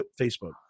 Facebook